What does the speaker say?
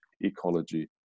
ecology